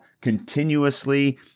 continuously